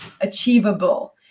achievable